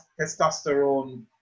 testosterone